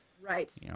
Right